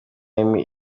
emmy